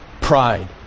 Pride